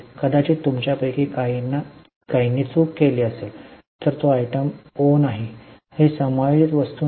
कदाचित तुमच्यापैकी काहींनी चूक केली असेल तर ती ओ आयटम नाही ही समायोजित वस्तू नाही